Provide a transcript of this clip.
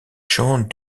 chants